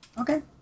okay